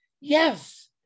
Yes